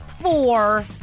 Four